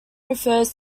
refers